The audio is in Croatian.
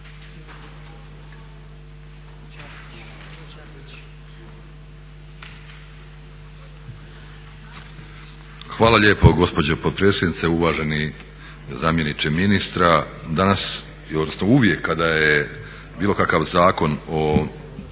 Hvala lijepo gospođo potpredsjednice, uvaženi zamjeniče ministra. Danas, odnosno uvijek kada je bilo kakav Zakon o